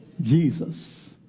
Jesus